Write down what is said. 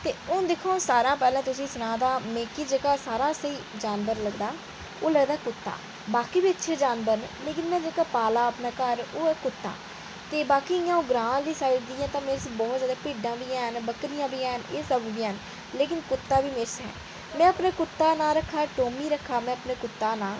ते हुन दिक्खो हां मिगी जेह्का सारें शा स्हेई जानवर लगदा ओह् लगदा कुत्ता बाकी बी अच्छे जानवर न लेकिन में जेह्का पाल्ले दा घर जानवर ओह् ऐ कुत्ता बाकी ग्रां दी साईड बहुत जैदा भिड्डां बी हैन न बकरियां बी हैन एह् सब बी हैन लेकिन कुत्ता बी ऐ में अपने कुत्ते दा नां टाॅमी रक्खे दा